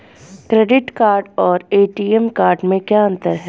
Credit card और ATM card में क्या अंतर है?